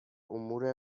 امور